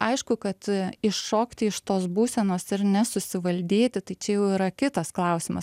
aišku kad iššokti iš tos būsenos ir nesusivaldyti tai čia jau yra kitas klausimas